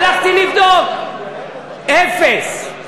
הלכתי לבדוק, אפס.